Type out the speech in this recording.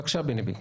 בבקשה, בני בגין.